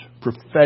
prophetic